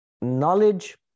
Knowledge